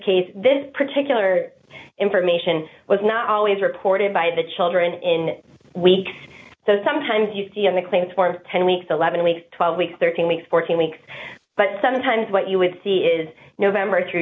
case this particular information was not always reported by the children in weeks so sometimes you see on the claims for ten weeks eleven weeks twelve weeks thirteen weeks fourteen weeks but some times what you would see is november through